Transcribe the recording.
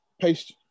paste